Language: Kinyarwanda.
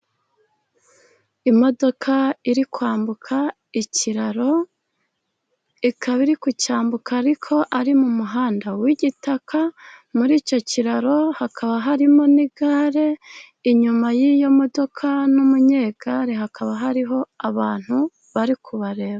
Imodoka iri kwambuka ikiraro, ikaba iri kucyambuka ariko ari mu muhanda w'igitaka. Muri icyo kiraro hakaba harimo n'igare, inyuma y'iyo modoka n'umunyekare hakaba hariho abantu bari kubareba.